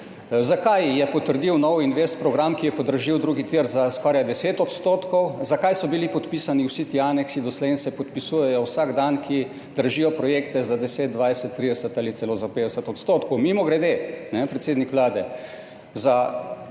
Zakaj je potrdil nov investicijski program, ki je podražil drugi tir za skoraj 10 %? Zakaj so bili podpisani vsi ti aneksi doslej, in se podpisujejo vsak dan, ki dražijo projekte za 10, 20, 30 ali celo za 50 %? Mimogrede, predsednik Vlade, za